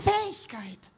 Fähigkeit